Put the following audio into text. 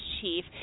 chief